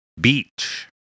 BEACH